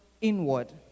inward